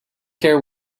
care